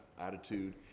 attitude